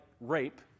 rape